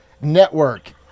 Network